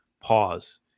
pause